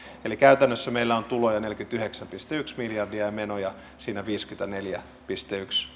eli käytännössä meillä on tuloja neljäkymmentäyhdeksän pilkku yksi miljardia ja menoja viisikymmentäneljä pilkku yksi